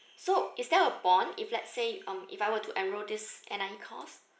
so is there a bond if let's say um if I were to enrol this N_I_E course